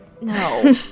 No